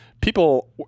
people